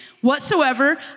whatsoever